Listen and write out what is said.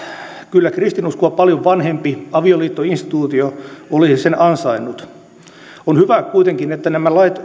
kyllä kristinuskoa paljon vanhempi avioliittoinstituutio olisi sen ansainnut on hyvä kuitenkin että nämä lait